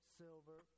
silver